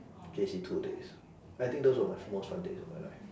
J_C two days I think those were my most fun days of my life